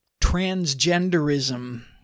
transgenderism